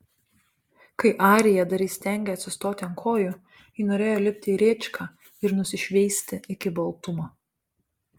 kai arija dar įstengė atsistoti ant kojų ji norėjo lipti į rėčką ir nusišveisti iki baltumo